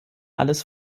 alles